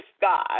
God